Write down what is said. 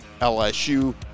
LSU